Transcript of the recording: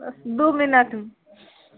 बस दुइ मिनटमे